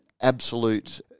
absolute